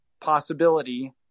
possibility